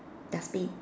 dustbin